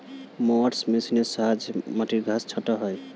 mowers মেশিনের সাহায্যে মাটির ঘাস ছাঁটা হয়